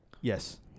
Yes